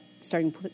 starting